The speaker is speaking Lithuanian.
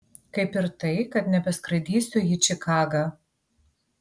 kaip ir tai kad nebeskraidysiu į čikagą